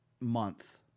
month